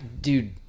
Dude